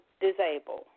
disabled